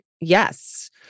yes